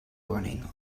running